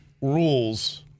rules